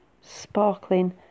sparkling